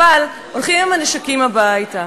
אבל הולכים עם הנשקים הביתה.